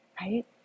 right